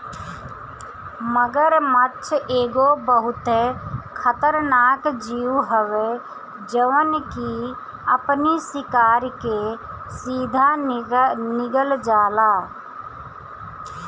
मगरमच्छ एगो बहुते खतरनाक जीव हवे जवन की अपनी शिकार के सीधा निगल जाला